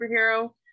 superhero